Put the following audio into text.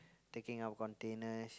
taking out containers